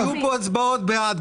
היו פה הצבעות בעד,